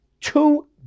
two